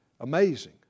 Amazing